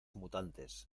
mutantes